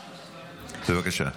בבקשה.